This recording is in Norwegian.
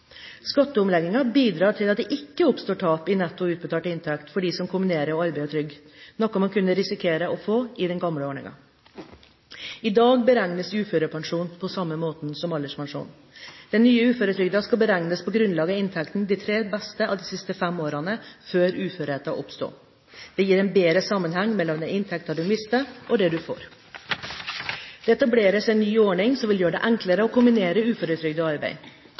bidrar til at det ikke oppstår tap i netto utbetalt inntekt for dem som kombinerer arbeid og trygd, noe man kunne risikere i den gamle ordningen. I dag beregnes utførepensjon på samme måte som alderspensjon. Den nye uføretrygden skal beregnes på grunnlag av inntekten de tre beste av de fem siste årene før uførheten oppsto. Dette gir en bedre sammenheng mellom den inntekten du mister, og det du får. Det etableres en ny ordning som vil gjøre det enklere å kombinere uføretrygd og arbeid.